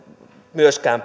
myöskään